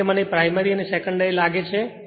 આ રીતે મને પ્રાઇમરી અને સેકન્ડરી લાગે છે